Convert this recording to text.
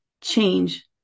change